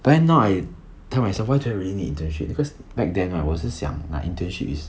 but then now I tell myself why do I really need internship because back then right 我是想 like internship is